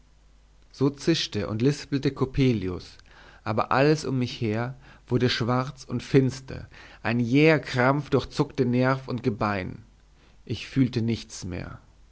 so zischte und lispelte coppelius aber alles um mich her wurde schwarz und finster ein jäher krampf durchzuckte nerv und gebein ich fühlte nichts mehr